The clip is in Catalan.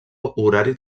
horari